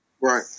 Right